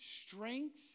strength